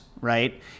right